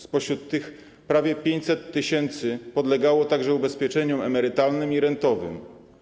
Spośród nich prawie 500 tys. podlegało także ubezpieczeniom emerytalnym i rentowym.